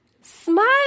Smile